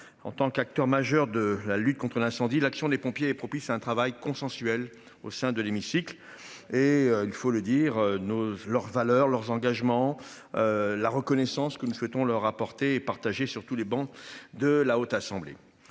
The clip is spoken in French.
En tant qu'acteur majeur de la lutte contre l'incendie. L'action des pompiers est propice à un travail consensuel au sein de l'hémicycle et il faut le dire nos leurs valeurs, leurs engagements. La reconnaissance que nous souhaitons leur apporter et partager sur tous les bancs de la Haute Assemblée.